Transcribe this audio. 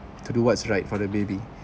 to do what's right for the baby